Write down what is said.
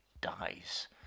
dies